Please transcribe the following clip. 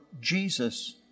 Jesus